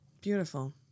beautiful